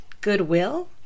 goodwill